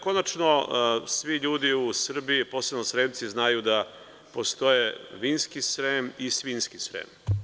Konačno, svi ljudi u Srbiji, posebno Sremci znaju da postoje vinski Srem i svinjski Srem.